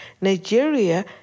Nigeria